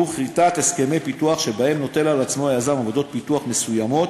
הוא כריתת הסכמי פיתוח שבהם נוטל על עצמו היזם עבודות פיתוח מסוימות